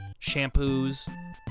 shampoos